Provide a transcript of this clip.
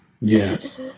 Yes